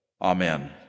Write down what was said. Amen